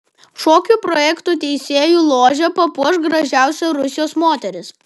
šokių projekto teisėjų ložę papuoš gražiausia rusijos moteris